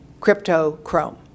cryptochrome